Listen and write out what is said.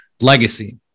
legacy